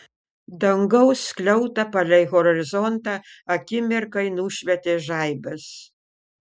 dangaus skliautą palei horizontą akimirkai nušvietė žaibas